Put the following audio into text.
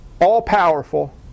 all-powerful